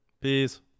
Peace